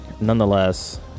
nonetheless